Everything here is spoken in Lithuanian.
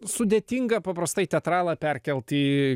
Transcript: sudėtinga paprastai teatralą perkelt į